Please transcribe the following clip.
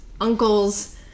uncles